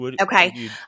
Okay